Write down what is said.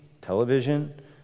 television